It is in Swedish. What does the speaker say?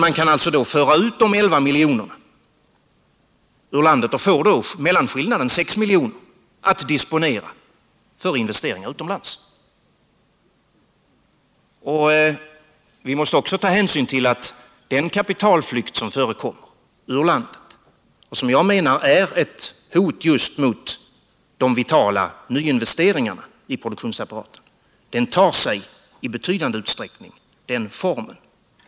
Man kan då föra ut 11 milj.kr. ur landet och får disponera mellanskillnaden 6 miljoner för investeringar utomlands. Vi måste också ta hänsyn till att den existerande kapitalflykten ur landet — och jag menar att den är ett hot mot de vitala nyinvesteringarna i produktionsapparaten — i betydande utsträckning tar den formen.